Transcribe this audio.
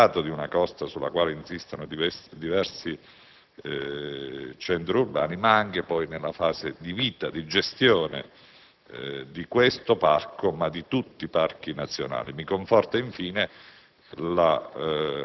urbanizzato e di una costa sulla quale insistono diversi centri urbani), ma anche nella fase di vita e di gestione di questo Parco, come di tutti i parchi nazionali. Mi conforta, infine,